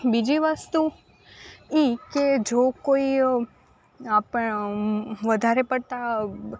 બીજી વસ્તુ એ કે જો કોઈ આપણ વધારે પડતા